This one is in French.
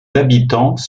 habitants